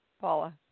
Paula